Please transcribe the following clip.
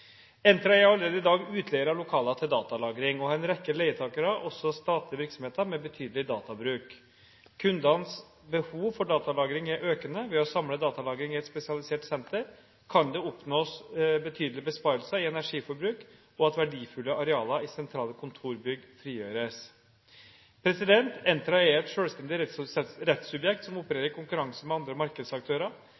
er allerede i dag utleier av lokaler til datalagring og har en rekke leietakere, også statlige virksomheter med betydelig databruk. Kundenes behov for datalagring er økende. Ved å samle datalagring i et spesialisert senter kan det oppnås betydelige besparelser i energibruk, og verdifulle arealer i sentrale kontorbygg frigjøres. Entra er et selvstendig rettssubjekt, som opererer